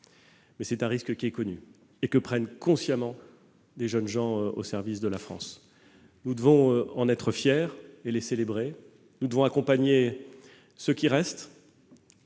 mais c'est un risque qui est connu et que prennent consciemment les jeunes gens qui sont au service de la France. Nous devons en être fiers et les célébrer ; nous devons accompagner ceux qui restent-